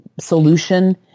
solution